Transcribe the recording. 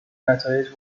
نتایج